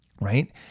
right